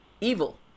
evil